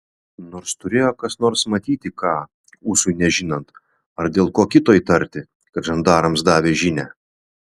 nors turėjo kas nors matyti ką ūsui nežinant ar dėl ko kito įtarti kad žandarams davė žinią